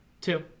Two